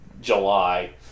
July